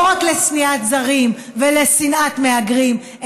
לא רק לשנאת זרים ולשנאת מהגרים,